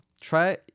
try